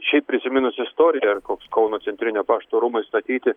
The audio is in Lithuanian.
šiaip prisiminus istoriją ar koks kauno centrinio pašto rūmai statyti